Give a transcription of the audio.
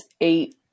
eight